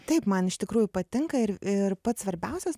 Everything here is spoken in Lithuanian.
taip man iš tikrųjų patinka ir ir pats svarbiausias